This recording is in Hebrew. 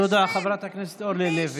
תודה, חברת הכנסת אורלי לוי.